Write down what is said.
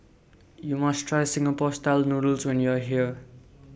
YOU must Try Singapore Style Noodles when YOU Are here